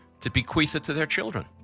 to bequeath it to their children,